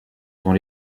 dont